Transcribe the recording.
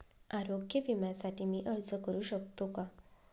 आरोग्य विम्यासाठी मी अर्ज करु शकतो का?